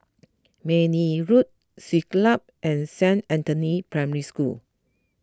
Mayne Road Siglap and Saint Anthony's Primary School